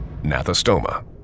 nathostoma